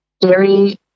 dairy